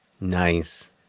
Nice